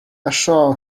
ashore